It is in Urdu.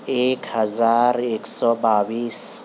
ایک ہزار ایک سو بائیس